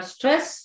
Stress